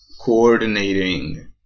coordinating